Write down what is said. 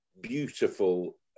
beautiful